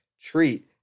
treat